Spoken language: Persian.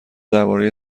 درباره